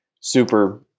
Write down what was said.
super